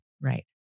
Right